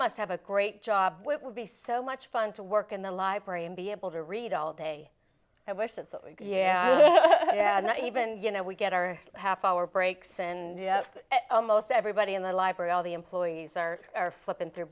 must have a great job would be so much fun to work in the library and be able to read all day i wished it so yeah and i even you know we get our half hour breaks and almost everybody in the library all the employees are are flipping through